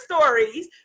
stories